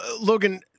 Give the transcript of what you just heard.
Logan